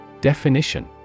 Definition